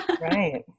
right